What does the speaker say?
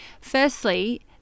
Firstly